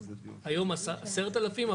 היום עשרת אלפים,